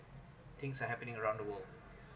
things are happening around the world